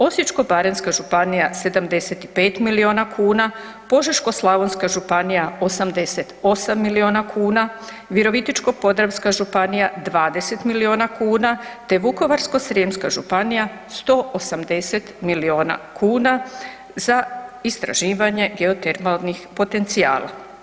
Osječko-baranjska županija 75 milijuna kuna, Požeško-slavonska županija 88 milijuna kuna, Virovitičko-podravska županija 20 milijuna kuna te Vukovarsko-srijemska županija 180 milijuna kuna za istraživanje geotermalnih potencijala.